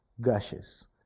gushes